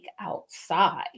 outside